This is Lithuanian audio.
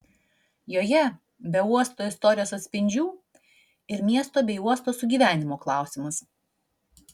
joje be uosto istorijos atspindžių ir miesto bei uosto sugyvenimo klausimas